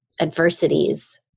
adversities